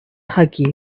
hug